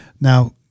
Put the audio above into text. Now